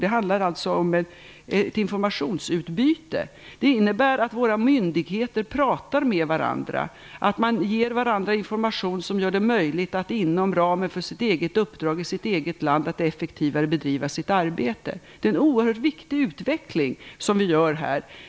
Det handlar alltså om ett informationsutbyte, vilket innebär att våra myndigheter pratar med varandra och ger varandra information som gör det möjligt att inom ramen för sitt eget uppdrag i sitt eget land effektivare bedriva sitt arbete. Det innebär en oerhört viktigt utveckling.